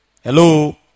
Hello